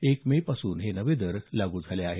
एक मे पासून हे नवे दर लागू झाले आहेत